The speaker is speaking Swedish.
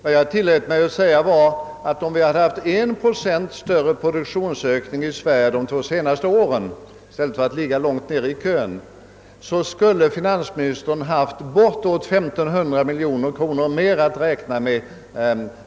Vad jag tillät mig att säga var att om Sverige i stället för att ligga långt nere i kön hade haft 1 procent större produktionsökning under de båda senaste åren, skulle finansministern detta år ha haft bortåt 1500 miljoner kronor mera medel som flutit in i kassan.